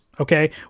Okay